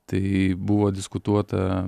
tai buvo diskutuota